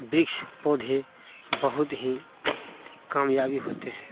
वृक्ष पौधे बहुत ही कामयाबी होते हैं